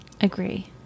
Agree